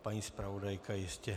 Paní zpravodajka jistě...